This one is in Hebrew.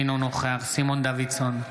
אינו נוכח סימון דוידסון,